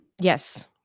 Yes